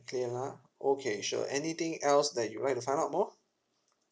clear ah okay sure anything else that you'd like find out more